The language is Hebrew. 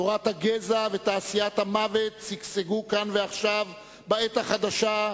תורת הגזע ותעשיית המוות שגשגו כאן ועכשיו בעת החדשה,